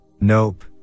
Nope